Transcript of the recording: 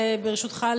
ברשותך,